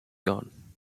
gone